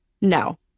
No